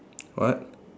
what